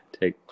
take